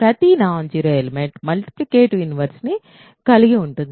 ప్రతి non zero element multiplicative inverse ని కలిగి ఉంటుంది